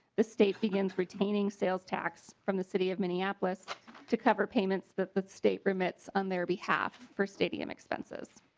the state begins retaining sales tax from the city of minneapolis to cover payments that that state permits on their behalf for stadium expenses.